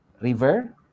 river